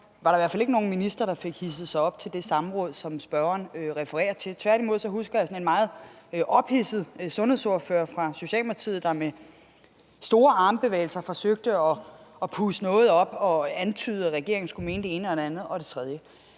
var der i hvert fald ikke nogen minister, der fik sig hidset op på det samråd, som spørgeren refererer til. Tværtimod husker jeg en sådan meget ophidset sundhedsordfører fra Socialdemokratiet, der med store armbevægelser forsøgte at puste noget op og antyde, at regeringen skulle mene det ene, det andet og det tredje.